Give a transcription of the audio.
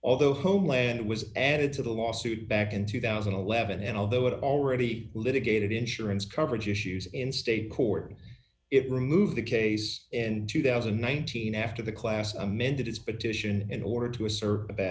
although homeland was added to the lawsuit back in two thousand and eleven and although it already litigated insurance coverage issues in state court it removed the case in two thousand and nineteen after the class amended its petition in order to a ser